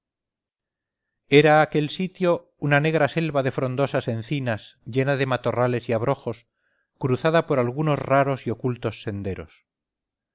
era aquel sitio una negra selva de frondosas encinas llena de matorrales y abrojos cruzada por algunos raros y ocultos senderos